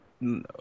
no